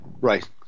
Right